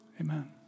amen